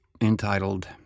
entitled